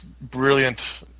brilliant